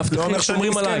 מאבטחים שומרים עליי.